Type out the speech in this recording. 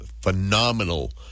phenomenal